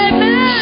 Amen